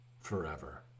Forever